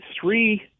three